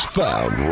found